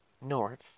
north